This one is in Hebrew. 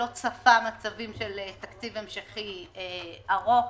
לא צפה מצבים של תקציב המשכי ארוך.